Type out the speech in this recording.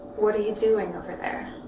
what are you doing over there?